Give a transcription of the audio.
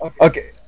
Okay